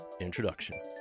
Introduction